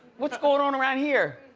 what's going on around here.